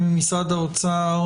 ממשרד האוצר